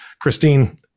christine